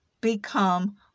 become